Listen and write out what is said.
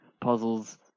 puzzles